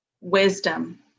wisdom